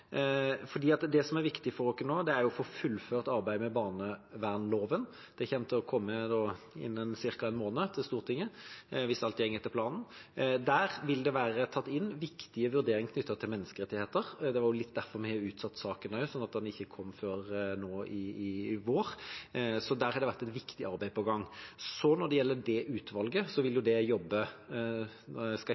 det kommer til å bli lagt fram. Det som er viktig for oss nå, er å få fullført arbeidet med barnevernsloven. Det kommer til å komme innen ca. en måned til Stortinget, hvis alt går etter planen. Der vil det være tatt inn viktige vurderinger knyttet til menneskerettigheter. Det var litt derfor vi har utsatt saken, slik at den ikke kom før nå i vår. Så der har det vært et viktig arbeid på gang. Når det gjelder det utvalget, vil jo det jobbe – nå skal